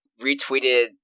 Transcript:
retweeted